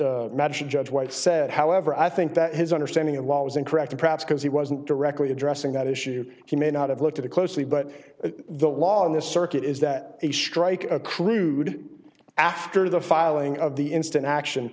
said however i think that his understanding of law was incorrect or perhaps because he wasn't directly addressing that issue he may not have looked at it closely but the law in this circuit is that a strike accrued after the filing of the instant action